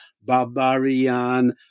barbarian